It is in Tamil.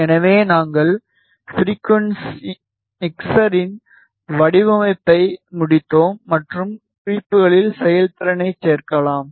எனவே நாங்கள் மிக்ஸரின் வடிவமைப்பை முடித்தோம் மற்றும் குறிப்புகளில் செயல்திறனைச் சேர்க்கலாம்